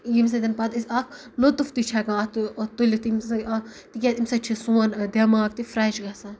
ییٚمہِ سۭتۍ پَتہٕ أسۍ اکھ لُطف تہِ چھِ أسۍ ہیٚکان اَتھ تُلِتھ ییٚمہِ سۭتۍ اکھ تِکیازِ اَمہِ سۭتۍ چُھ سون دٮ۪ماغ تہِ فریش گژھان